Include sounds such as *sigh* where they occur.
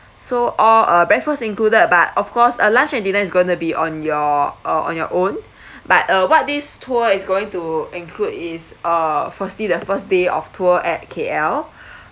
so all uh breakfast included but of course uh lunch and dinner is gonna be on your uh on your own *breath* but uh what this tour is going to include is uh firstly the first day of tour at K_L *breath*